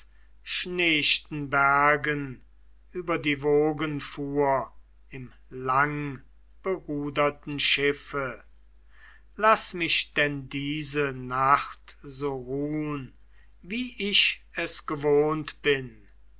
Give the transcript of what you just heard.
bergen über die wogen fuhr im langberuderten schiffe laß mich denn diese nacht so ruhn wie ich es gewohnt bin